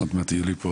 עוד מעט יהיו לי פה